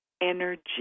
energy